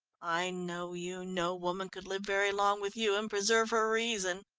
i know you. no woman could live very long with you and preserve her reason.